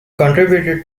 contributed